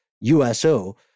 USO